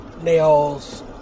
nails